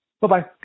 Bye-bye